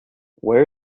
where